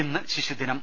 ഇന്ന് ശിശുദിനം